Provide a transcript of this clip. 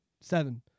seven